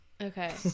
okay